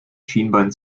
schienbein